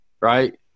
right